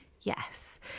Yes